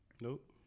Nope